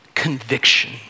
Conviction